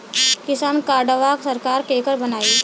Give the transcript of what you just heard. किसान कार्डवा सरकार केकर बनाई?